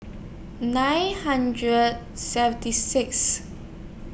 nine hundred seventy Sixth